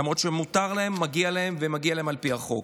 למרות שמותר להם, מגיע להם, ומגיע להם על פי החוק.